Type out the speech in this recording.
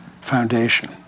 foundation